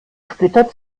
splitter